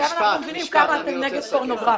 עכשיו אנחנו מבינים כמה אתם נגד פורנוגרפיה.